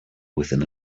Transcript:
within